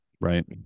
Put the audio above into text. Right